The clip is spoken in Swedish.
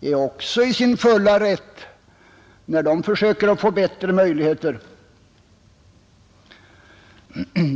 är också i sin fulla rätt när de försöker få bättre möjligheter.